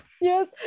yes